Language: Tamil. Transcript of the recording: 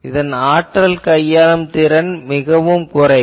இதன் ஆற்றல் கையாளும் திறன் மிகவும் குறைவு